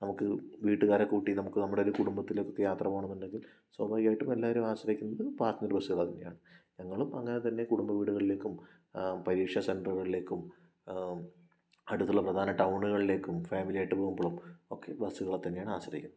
നമുക്ക് വീട്ടുകാരെ കൂട്ടി നമുക്ക് നമ്മുടെ ഒരു കുടുംബത്തിലേക്ക് യാത്ര പോകണമെന്നുണ്ടെങ്കിൽ സ്വാഭാവികമായിട്ടും എല്ലാവരും ആശ്രയിക്കുന്നത് പാസഞ്ചർ ബസ്സുകളെ തന്നെയാണ് ഞങ്ങളും അങ്ങനെതന്നെ കുടുംബ വീടുകളിലേക്കും പരീക്ഷാ സെൻ്ററുകളിലേക്കും അടുത്തുള്ള പ്രധാന ടൗണുകളിലേക്കും ഫാമിലിയായിട്ട് പോകുമ്പോഴും ഒക്കെ ബസ്സുകളെത്തന്നെയാണ് ആശ്രയിക്കുന്നത്